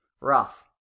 Rough